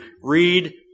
Read